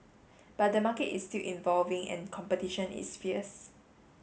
but the market is still and competition is fierce